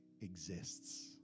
exists